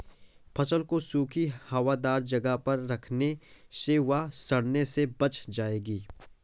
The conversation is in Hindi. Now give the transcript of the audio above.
फसल को सूखी, हवादार जगह पर रखने से वह सड़ने से बच जाएगी